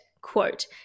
Quote